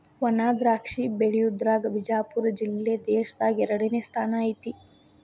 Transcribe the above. ವಣಾದ್ರಾಕ್ಷಿ ಬೆಳಿಯುದ್ರಾಗ ಬಿಜಾಪುರ ಜಿಲ್ಲೆ ದೇಶದಾಗ ಎರಡನೇ ಸ್ಥಾನ ಐತಿ